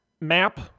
map